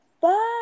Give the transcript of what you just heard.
Bye